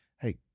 Hey